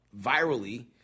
virally